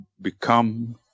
become